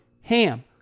HAM